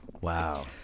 Wow